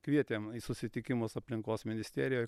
kvietėm į susitikimus aplinkos ministerijoj